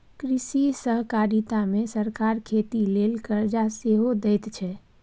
कृषि सहकारिता मे सरकार खेती लेल करजा सेहो दैत छै